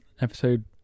episode